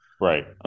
right